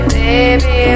baby